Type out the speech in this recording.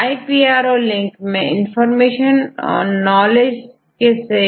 iPRO link मैं information और knowledge से संबंधित जानकारी है